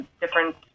different